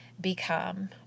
become